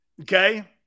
okay